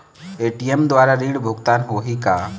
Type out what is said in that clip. ATM द्वारा ऋण भुगतान होही का?